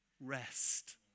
rest